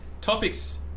Topics